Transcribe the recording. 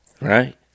right